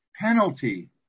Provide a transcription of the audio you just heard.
penalty